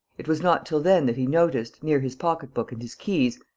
it was not till then that he noticed, near his pocketbook and his keys,